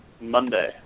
Monday